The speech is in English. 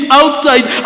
outside